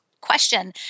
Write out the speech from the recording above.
question